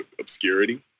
obscurity